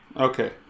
Okay